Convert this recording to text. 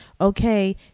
Okay